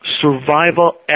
survival